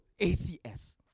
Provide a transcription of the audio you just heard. ACS